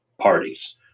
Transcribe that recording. parties